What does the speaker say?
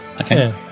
okay